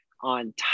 on